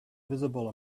visible